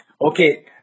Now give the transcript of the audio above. okay